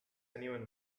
anyone